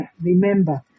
remember